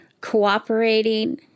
cooperating